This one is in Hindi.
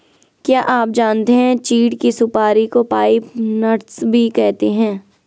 क्या आप जानते है चीढ़ की सुपारी को पाइन नट्स भी कहते है?